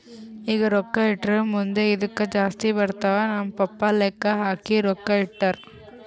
ಈಗ ರೊಕ್ಕಾ ಇಟ್ಟುರ್ ಮುಂದ್ ಇದ್ದುಕ್ ಜಾಸ್ತಿ ಬರ್ತಾವ್ ನಮ್ ಪಪ್ಪಾ ಲೆಕ್ಕಾ ಹಾಕಿ ರೊಕ್ಕಾ ಇಟ್ಟಾರ್